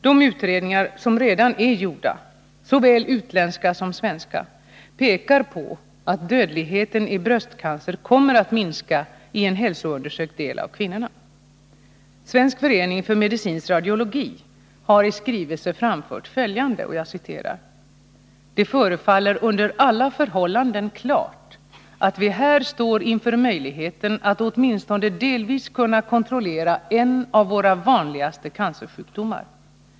De utredningar som redan är gjorda, såväl utländska som svenska, pekar på att dödligheten i brösteancer kommer att minska i en hälsoundersökt del av kvinnorna. Svensk förening för medicinsk radiologi har i skrivelse anfört följande: ”Det förefaller under alla förhållanden klart att vi här står inför möjligheten att åtminstone delvis kunna kontrollera en av våra vanligaste cancersjukdomar.